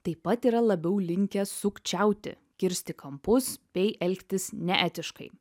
taip pat yra labiau linkę sukčiauti kirsti kampus bei elgtis neetiškai